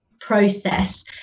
process